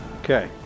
Okay